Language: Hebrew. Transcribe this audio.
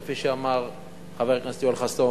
כפי שאמר חבר הכנסת יואל חסון,